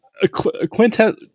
Quintet